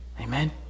Amen